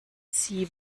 sie